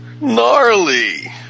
Gnarly